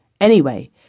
Anyway